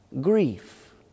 grief